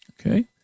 Okay